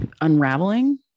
unraveling